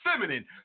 Feminine